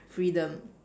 freedom